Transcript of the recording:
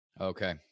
Okay